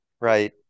right